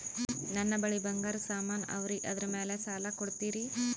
ನನ್ನ ಬಳಿ ಬಂಗಾರ ಸಾಮಾನ ಅವರಿ ಅದರ ಮ್ಯಾಲ ಸಾಲ ಕೊಡ್ತೀರಿ?